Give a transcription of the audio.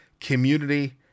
community